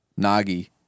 Nagi